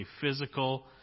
physical